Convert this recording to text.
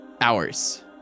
hours